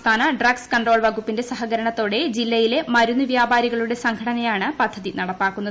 സംസ്ഥാന drugs control വകുപ്പിന്റെ സഹകരണത്തോടെ ജില്ലയിലെ മരുന്ന് വ്യാപാരികളുടെ സംഘടനയാണ് പദ്ധതി നടപ്പാക്കുന്നത്